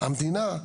המדינה,